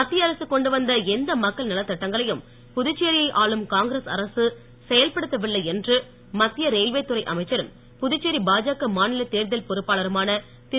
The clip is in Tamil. மத்திய அரசு கொண்டு வந்த எந்த மக்கள் நலத்திட்டங்களையும் புதுச்சேரியை ஆளும் காங்கிரஸ் அரசு செயல்படுத்தவில்லை என்று மத்திய ரயில்வே துறை அமைச்சரும் புதுச்சேரி பாஜக மாநிலத் தேர்தல் பொறுப்பாளருமான திரு